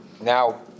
Now